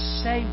say